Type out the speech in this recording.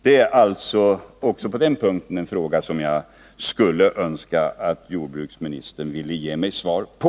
Det finns alltså även på den punkten en fråga som jag skulle önska att jordbruksministern ville ge mig svar på.